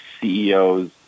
CEOs